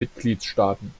mitgliedstaaten